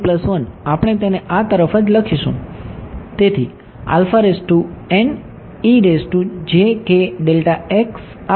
તેથી આપણે તેને આ તરફ જ લખીશું